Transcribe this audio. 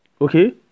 Okay